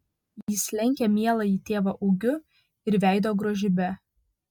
jis lenkia mieląjį tėvą ūgiu ir veido grožybe